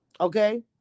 Okay